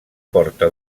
porta